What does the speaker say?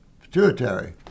Pituitary